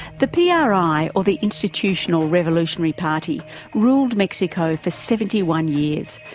the pri ah pri or the institutional revolutionary party ruled mexico for seventy one years,